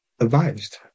advised